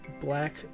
black